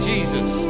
Jesus